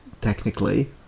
technically